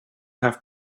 have